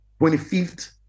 25th